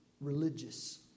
religious